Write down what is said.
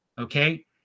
Okay